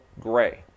gray